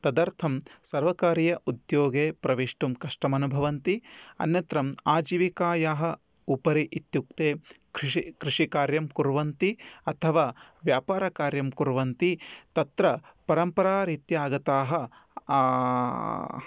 तदर्थं सर्वकार्य उद्योगे प्रवेष्टुं कष्टम् अनुभवन्ति अन्यत्र आजीवीकायाः उपरि इत्युक्ते कृषि कृषिकार्यं कुर्वन्ति अथवा व्यापारकार्यं कुर्वन्ति तत्र परम्परारित्या आगताः